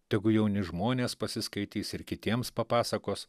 tegu jauni žmonės pasiskaitys ir kitiems papasakos